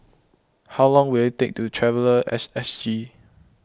how long will it take to walk to Traveller at SG